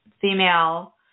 female